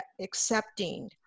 accepting